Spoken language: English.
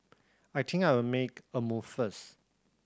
I think I'll make a move first